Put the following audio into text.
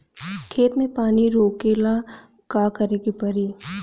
खेत मे पानी रोकेला का करे के परी?